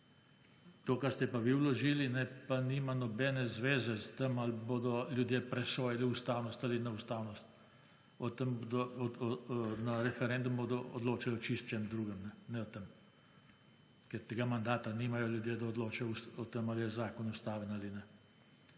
To, kar ste pa vi vložili, pa nima nobene zveze s tem, ali bodo ljudje presojali ustavnost ali neustavnost. O tem, na referendumu odločajo čisto o čem drugem, ne o tem. Ker tega mandata nimajo ljudje, da odločajo o tem, ali je zakon ustaven ali ne.